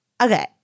okay